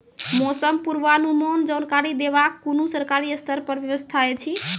मौसम पूर्वानुमान जानकरी देवाक कुनू सरकारी स्तर पर व्यवस्था ऐछि?